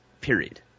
period